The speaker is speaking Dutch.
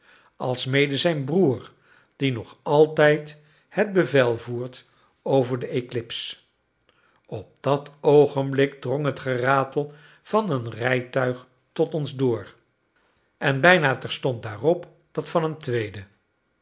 alsmede zijn broer die nog altijd het bevel voert over de eclipse op dat oogenblik drong het geratel van een rijtuig tot ons door en bijna terstond daarop dat van een tweede